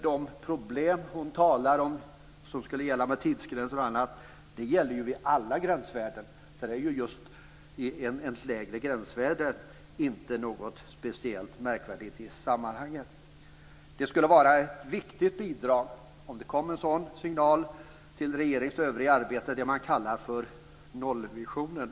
De problem som hon talar om med tidsgränser och annat finns ju när det gäller alla gränsvärden. Ett lägre gränsvärde är ju inte något speciellt märkvärdigt i sammanhanget. Det skulle vara ett viktigt bidrag om det kom en sådan här signal när det gäller regeringens övriga arbete med det som man kallar för nollvisionen.